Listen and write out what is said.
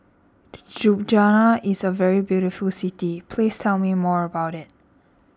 Ljubljana is a very beautiful city please tell me more about it